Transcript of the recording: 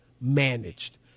managed